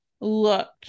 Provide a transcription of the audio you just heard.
looked